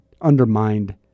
undermined